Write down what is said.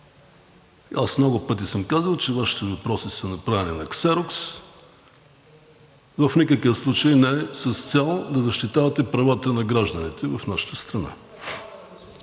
Много пъти съм казвал, че Вашите въпроси са направени на ксерокс – в никакъв случай с цел да защитавате правата на гражданите в нашата страна.